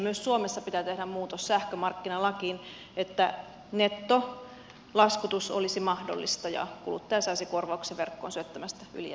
myös suomessa pitää tehdä muutos sähkömarkkinalakiin niin että nettolaskutus olisi mahdollista ja kuluttaja saisi korvauksen verkkoon syöttämästään ylijäämäsähköstä